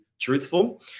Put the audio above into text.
truthful